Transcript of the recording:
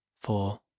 four